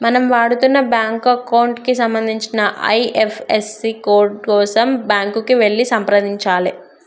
మనం వాడుతున్న bank account కి సంబంధించిన ఐ.ఎఫ్.ఎస్.సి కోడ్ కోసం బ్యాంకుకి వెళ్లి సంప్రదించాలే